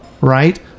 Right